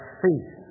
faith